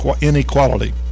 inequality